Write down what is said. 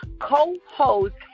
co-host